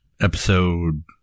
episode